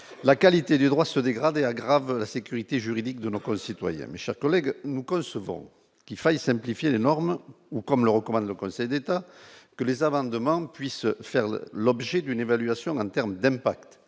la qualité des droits se dégrader, aggravent la sécurité juridique de nos concitoyens, Mischa collègues nous concevons qu'il faille simplifier les normes ou comme le recommande le Conseil d'État que les avants demande puisse faire le l'objet d'une évaluation en termes d'impact